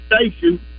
station